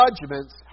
judgments